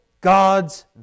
God's